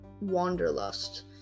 wanderlust